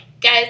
Guys